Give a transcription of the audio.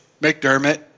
McDermott